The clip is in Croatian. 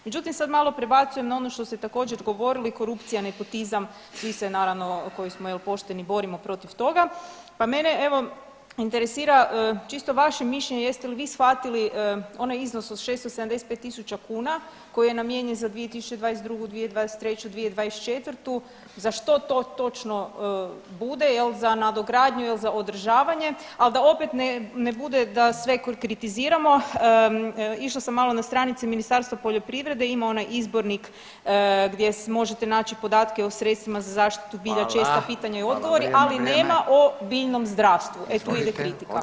Međutim sad malo prebacujem na ono što ste također govorili, korupcija, nepotizam, svi se naravno koji smo evo pošteni protiv toga, pa mene evo interesira čisto vaše mišljenje jeste li shvatili onaj iznos od 675.000 kuna koji je namijenjen za 2022., 2023., 2024., za što to točno bude jel za nadogradnju jel za održavanje, ali da opet ne bude da sve kritiziramo išla sam malo na stranice Ministarstva poljoprivrede ima onaj izbornik gdje možete naći podatke o sredstvima za zaštitu bilja, česta pitanja [[Upadica: Hvala, vrijeme.]] i odgovori, ali nema o biljnom zdravstvu, e tu ide kritika.